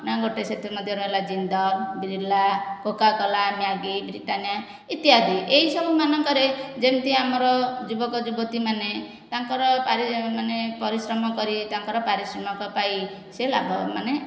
ନା ଗୋଟିଏ ସେଥିମଧ୍ୟରୁ ହେଲା Jindal Birla Coca Cola Maggi Britannia ଇତ୍ୟାଦି ଏହି ସବୁମାନଙ୍କରେ ଯେମିତି ଆମର ଯୁବକ ଯୁବତୀମାନେ ତାଙ୍କର ପାରି ମାନେ ପରିଶ୍ରମ କରି ତାଙ୍କର ପାରିଶ୍ରମକ ପାଇ ସେ ଲାଭ ମାନେ